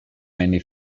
mainly